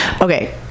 Okay